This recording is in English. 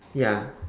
ya